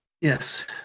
Yes